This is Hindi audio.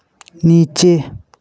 नीचे